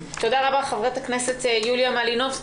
תודה רבה, חברת הכנסת יוליה מלינובסקי.